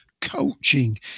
coaching